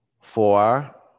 Four